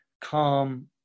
calm